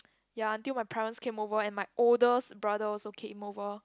ya until my parents came over and my oldest brother also came over